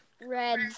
Red